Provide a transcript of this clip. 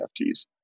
NFTs